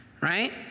right